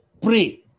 pray